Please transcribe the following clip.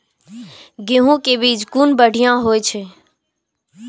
गैहू कै बीज कुन बढ़िया होय छै?